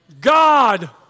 God